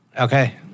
Okay